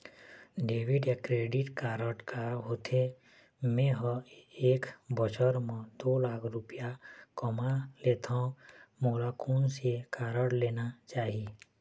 Debit या credit card का होथे, मे ह एक बछर म दो लाख रुपया कमा लेथव मोला कोन से कारड लेना चाही?